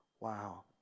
Wow